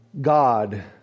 God